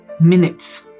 Minutes